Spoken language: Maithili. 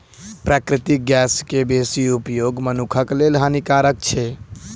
प्राकृतिक गैस के बेसी उपयोग मनुखक लेल हानिकारक अछि